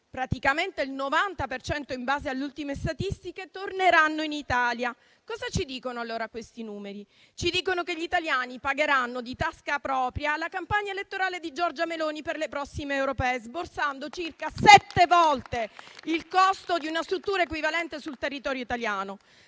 praticamente il 90 per cento in base alle ultime statistiche, torneranno in Italia. Cosa ci dicono, allora, questi numeri? Ci dicono che gli italiani pagheranno di tasca propria la campagna elettorale di Giorgia Meloni per le prossime europee, sborsando circa sette volte il costo di una struttura equivalente sul territorio italiano.